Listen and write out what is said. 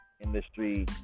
industry